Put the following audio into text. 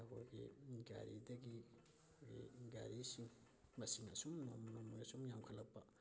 ꯑꯩꯈꯣꯏꯒꯤ ꯒꯥꯔꯤꯗꯒꯤ ꯑꯩꯈꯣꯏꯒꯤ ꯒꯥꯔꯤꯁꯤꯡ ꯃꯁꯤꯡ ꯑꯁꯨꯝ ꯅꯣꯡꯃ ꯅꯣꯡꯃꯒꯤ ꯑꯁꯨꯝ ꯌꯥꯝꯈꯠꯂꯛꯄ